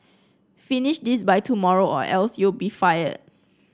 finish this by tomorrow or else you'll be fired